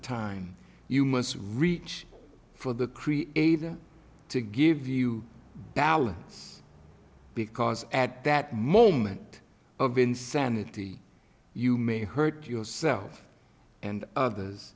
time you must reach for the creator eva to give you balance because at that moment of insanity you may hurt yourself and others